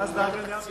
ש"ס דאגה לעם ישראל.